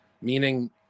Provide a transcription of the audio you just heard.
meaning